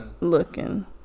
Looking